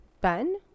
Ben